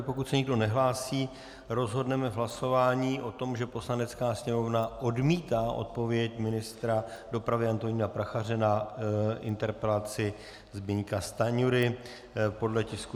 Pokud se nikdo nehlásí, rozhodneme v hlasování o tom, že Poslanecká sněmovna odmítá odpověď ministra dopravy Antonína Prachaře na interpelaci Zbyňka Stanjury podle tisku 241.